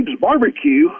barbecue